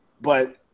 But-